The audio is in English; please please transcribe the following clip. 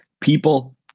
People